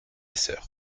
sœur